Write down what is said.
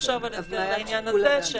הסדר לעניין הזה,